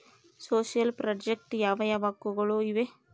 Social project ಯಾವ ಯಾವ ಹಕ್ಕುಗಳು ಇವೆ?